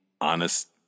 honest